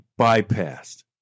bypassed